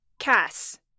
Cass